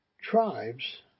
tribes